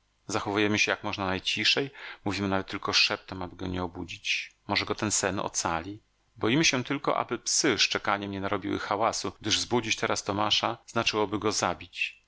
zachowujemy się jak można najciszej mówimy nawet tylko szeptem aby go nie obudzić może go ten sen ocali boimy się tylko aby psy szczekaniem nie narobiły hałasu gdyż zbudzić teraz tomasza znaczyłoby go zabić